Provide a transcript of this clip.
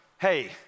Hey